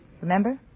Remember